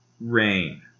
rain